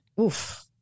oof